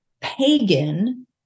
pagan